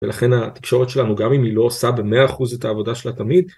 ולכן התקשורת שלנו גם אם היא לא עושה במאה אחוז את העבודה שלה תמיד.